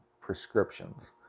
prescriptions